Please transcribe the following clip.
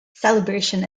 celebration